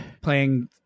playing